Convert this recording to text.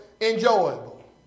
enjoyable